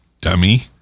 dummy